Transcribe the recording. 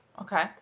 Okay